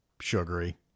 sugary